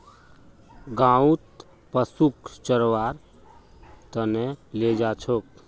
गाँउत पशुक चरव्वार त न ले जा छेक